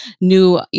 new